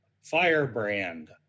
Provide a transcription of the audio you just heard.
firebrand